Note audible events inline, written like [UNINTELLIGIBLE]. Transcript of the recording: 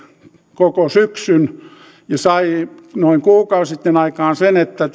koko syksyn ja sai noin kuukausi sitten aikaan sen että [UNINTELLIGIBLE]